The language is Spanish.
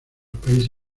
países